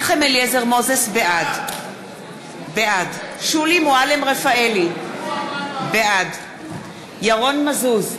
מוזס, בעד שולי מועלם-רפאלי, בעד ירון מזוז,